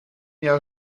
jahr